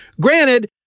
Granted